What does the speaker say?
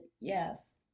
yes